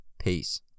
Peace